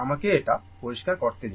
আমাকে এটা পরিষ্কার করতে দাও